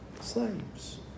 slaves